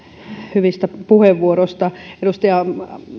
hyvistä puheenvuoroista edustaja